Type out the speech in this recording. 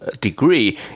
degree